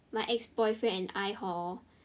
my ex boyfriend and I hor